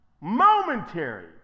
momentary